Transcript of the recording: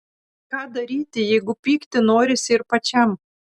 ką daryti jeigu pykti norisi ir pačiam